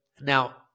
now